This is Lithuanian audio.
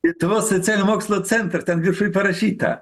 lietuvos socialinių mokslų centras ten viršuj parašyta